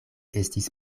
estis